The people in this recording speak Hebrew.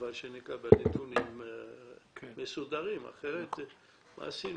אבל שנקבל נתונים מסודרים, אחרת מה עשינו?